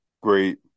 great